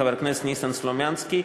חבר הכנסת ניסן סלומינסקי,